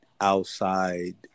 outside